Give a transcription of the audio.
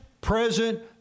present